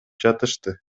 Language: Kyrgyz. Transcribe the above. жатышты